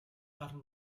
гарна